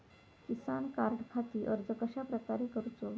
किसान कार्डखाती अर्ज कश्याप्रकारे करूचो?